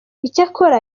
icyakora